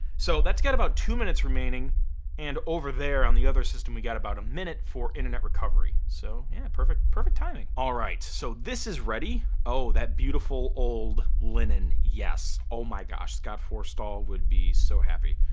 so that's got about two minutes remaining and over there on the other system we got about a minute for internet recovery. so yeah, perfect perfect timing. alright, so this is ready. oh, that beautiful old linen, yes. oh my gosh, scott forstall would be so happy.